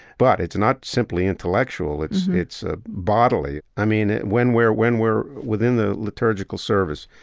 but it's not simply intellectual, it's, it's ah bodily. i mean, when we're, when we're within the liturgical service,